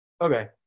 okay